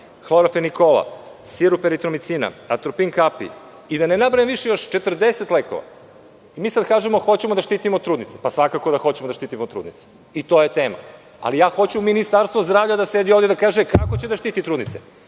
hlorafenikola, sirup eritromicina, atropin kapi, da ne nabrajam više, još 40 lekova. Mi sada kažemo – hoćemo da štitimo trudnice. Svakako da hoćemo da štitimo trudnice i to je tema. Ali, ja hoću Ministarstvo zdravlja da sedi ovde i da kaže kako će da štiti trudnice. Šta